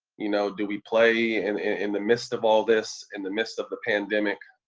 you know, do we play in in the midst of all this, in the midst of the pandemic?